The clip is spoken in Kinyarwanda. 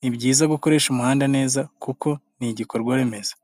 Ni byiza gukoresha umuhanda neza kuko ni igikorwa remezo.